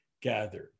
gathered